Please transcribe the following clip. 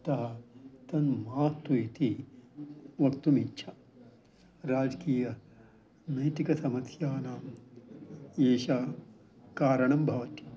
अतः तत् मास्तु इति वक्तुम् इच्छा राजकीय नैतिकसमस्यानां एतत् कारणं भवति